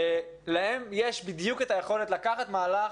להם יש בדיוק את היכולת להוביל מהלך,